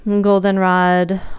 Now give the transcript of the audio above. goldenrod